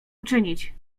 uczynić